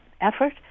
effort